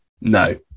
No